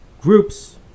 groups